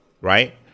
right